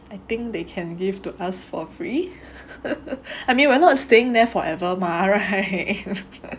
I think they can give to us for free I mean we're not staying there forever mah right